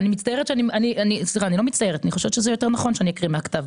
אני חושבת שזה יותר נכון שאני אקריא מהכתב.